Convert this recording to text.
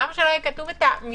למה שלא יהיה כתוב המתבקש.